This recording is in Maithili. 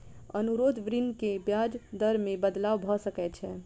अनुरोध ऋण के ब्याज दर मे बदलाव भ सकै छै